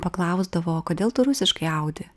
paklausdavo kodėl tu rusiškai audi